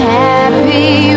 happy